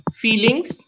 feelings